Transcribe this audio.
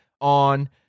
on